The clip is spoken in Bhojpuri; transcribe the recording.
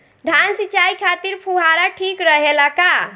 धान सिंचाई खातिर फुहारा ठीक रहे ला का?